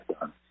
done